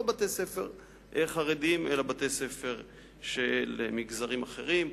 בתי-ספר חרדיים אלא בתי-ספר של מגזרים אחרים,